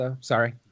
Sorry